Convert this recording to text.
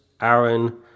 Aaron